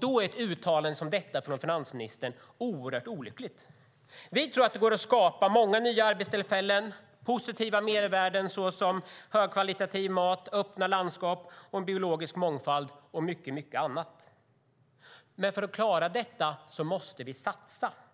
Då är ett uttalande som detta från finansministern oerhört olyckligt. Vi tror att det går att skapa många nya arbetstillfällen och positiva mervärden såsom högkvalitativ mat, öppna landskap, en biologisk mångfald och mycket annat. Men för att klara detta måste vi satsa.